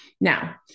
Now